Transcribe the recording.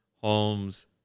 Holmes